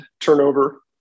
turnover